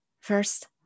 First